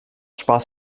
spaß